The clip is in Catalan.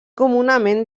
comunament